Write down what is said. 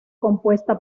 compuesta